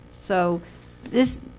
so this